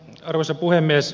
arvoisa puhemies